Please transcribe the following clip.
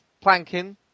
planking